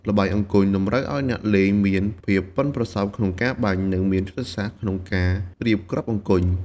ល្បែងអង្គញ់តម្រូវឲ្យអ្នកលេងមានភាពប៉ិនប្រសប់ក្នុងការបាញ់ និងមានយុទ្ធសាស្ត្រក្នុងការរៀបគ្រាប់អង្គញ់។